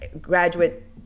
graduate